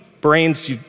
brains